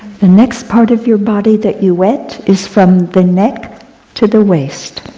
the next part of your body that you wet is from the neck to the waist.